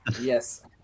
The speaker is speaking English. Yes